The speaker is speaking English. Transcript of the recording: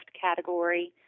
category